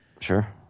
Sure